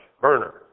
burner